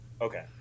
Okay